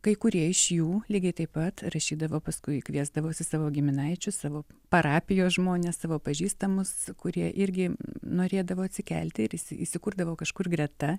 kai kurie iš jų lygiai taip pat rašydavo paskui kviesdavosi savo giminaičius savo parapijos žmonės savo pažįstamus kurie irgi norėdavo atsikelti ir įsi įsikurdavo kažkur greta